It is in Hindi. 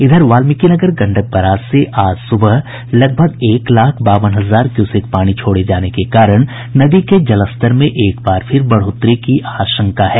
इधर वाल्मीकिनगर गंडक बराज से आज सुबह लगभग एक लाख बावन हजार क्यूसेक पानी छोड़े जाने के कारण नदी के जलस्तर में एक बार फिर बढ़ोतरी की आशंका बनी हुई है